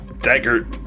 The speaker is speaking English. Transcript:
dagger